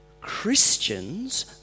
Christians